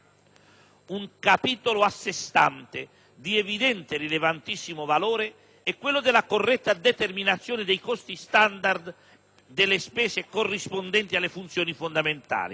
Un capitolo a sé stante, di evidente, rilevantissimo valore, è quello della corretta determinazione dei costi standard delle spese corrispondenti alle funzioni fondamentali.